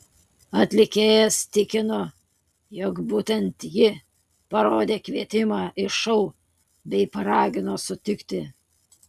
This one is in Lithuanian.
atlikėjas tikino jog būtent ji parodė kvietimą į šou bei paragino sutikti